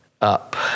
up